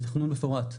לתכנון מפורט.